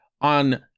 on